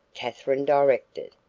katherine directed.